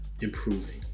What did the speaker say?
improving